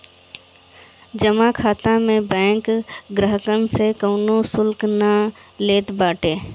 जमा खाता में बैंक ग्राहकन से कवनो शुल्क ना लेत बाटे